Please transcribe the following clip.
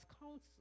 counsel